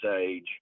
age